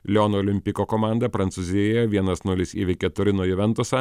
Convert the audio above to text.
liono olimpiko komanda prancūzijoje vienas nulis įveikė turino juventusą